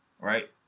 right